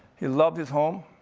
he loved his home,